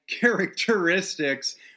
characteristics